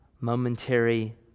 momentary